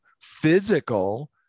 physical